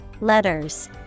Letters